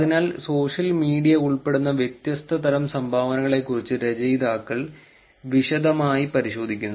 അതിനാൽ social media ഉൾപ്പെടുന്ന വ്യത്യസ്ത തരം സംഭവങ്ങളെക്കുറിച്ച് രചയിതാക്കൾ വിശദമായി പരിശോധിക്കുന്നു